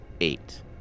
eight